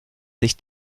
sich